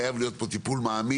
חייב להיות כאן טיפול מעמיק,